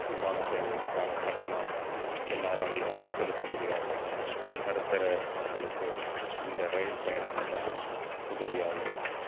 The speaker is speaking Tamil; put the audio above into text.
விமான சேவைக்கான கட்டணம் எல்லாராலையும் செலுத்த முடியாது நடுத்தர மக்களுக்கு இந்த ரயில் பயணம் தான் உதவியாக இருக்கும்